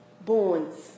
bones